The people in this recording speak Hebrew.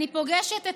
אני פוגשת אתכם,